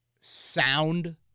sound